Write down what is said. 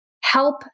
help